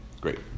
Great